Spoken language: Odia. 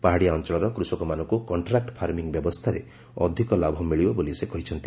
ପାହାଡ଼ିଆ ଅଞ୍ଚଳର କୃଷକମାନଙ୍କୁ କଣ୍ଟ୍ରାକୁ ଫାର୍ମିଙ୍ଗ୍ ବ୍ୟବସ୍ଥାରେ ଅଧିକ ଲାଭ ମିଳିବ ବୋଲି ସେ କହିଛନ୍ତି